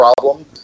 problem